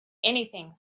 anything